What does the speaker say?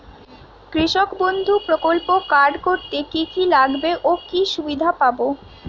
কৃষক বন্ধু প্রকল্প কার্ড করতে কি কি লাগবে ও কি সুবিধা পাব?